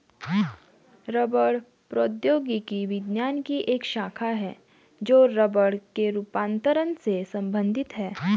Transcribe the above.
रबड़ प्रौद्योगिकी विज्ञान की एक शाखा है जो रबड़ के रूपांतरण से संबंधित है